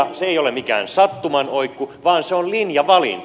se ei ole mikään sattuman oikku vaan se on linjavalinta